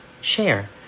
share